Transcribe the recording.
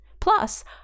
Plus